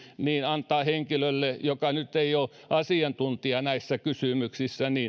antaa henkilölle joka nyt ei ole asiantuntija näissä kysymyksissä